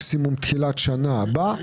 מקסימום עד תחילת שנה הבאה.